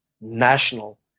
national